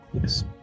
Yes